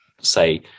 say